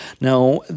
Now